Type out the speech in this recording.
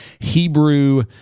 Hebrew